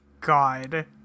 God